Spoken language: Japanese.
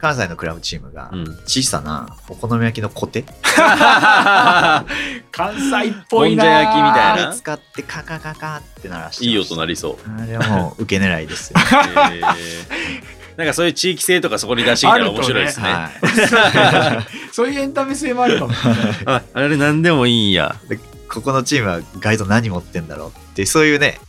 関西のクラブチームが、うん。小さなお好み焼きのコテ？ 関西っぽいなあ。もんじゃ焼きみたいな？あれ使ってカカカカって鳴らしてました。いい音鳴りそう。あれはもう受け狙いですよ。 へえ。うん。なんかそういう地域性とかそこに出してきたら面白いですね。はい。 そういうエンタメ性もあるかもね。あ、あれ何でもいいんや。で、ここのチームはガイド何持ってんだろうって、そういうね、